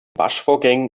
waschvorgängen